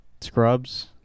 Scrubs